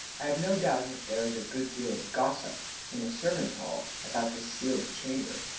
i have no doubt that there is a good deal of gossip in the servants'-hall about this sealed chamber,